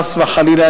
חס וחלילה,